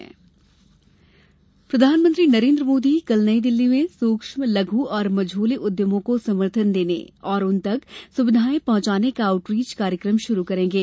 प्रधानमंत्री प्रधानमंत्री नरेन्द्र मोदी कल नई दिल्ली में सूक्ष्म लघु और मझौले उद्यमों को समर्थन देने और उन तक सुविधाएं पहुंचाने का आउटरीच कार्यक्रम शुरू करेंगे